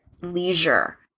leisure